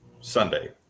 sunday